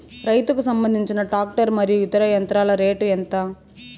రైతుకు సంబంధించిన టాక్టర్ మరియు ఇతర యంత్రాల రేటు ఎంత?